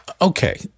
okay